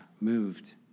Moved